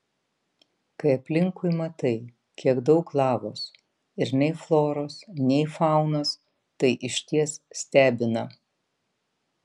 kai aplinkui matai kiek daug lavos ir nei floros nei faunos tai išties stebina